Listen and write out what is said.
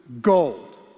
gold